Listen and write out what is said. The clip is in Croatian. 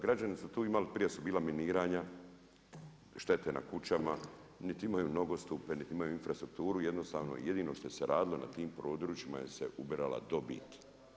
Građani su tu imali, prije su bila miniranja, štete na kućama, niti imaju nogostupe, niti imaju infrastrukturu, jednostavno jedino što se radilo na tim područjima, se je ubirala dobit.